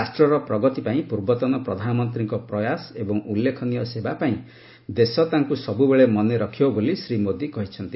ରାଷ୍ଟ୍ରର ପ୍ରଗତି ପାଇଁ ପୂର୍ବତନ ପ୍ରଧାନମନ୍ତ୍ରୀଙ୍କ ପ୍ରୟାସ ଏବଂ ଉଲ୍ଲେଖନୀୟ ସେବା ପାଇଁ ଦେଶ ତାଙ୍କୁ ସବୁବେଳେ ମନେରଖିବ ବୋଲି ଶ୍ରୀ ମୋଦି କହିଚ୍ଛନ୍ତି